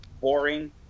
boring